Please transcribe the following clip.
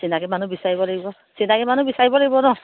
চিনাকি মানুহ বিচাৰিব লাগিব চিনাকি মানুহ বিচাৰিব লাগিব ন